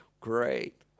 Great